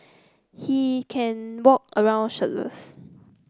he can walk around shirtless